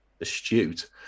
astute